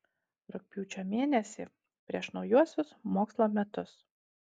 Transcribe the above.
rugpjūčio mėnesį prieš naujuosius mokslo metus